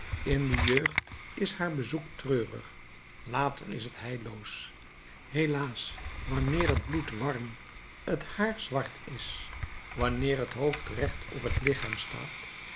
in de jeugd is haar bezoek treurig later is het heilloos helaas wanneer het bloed warm het haar zwart is wanneer het hoofd recht op het lichaam staat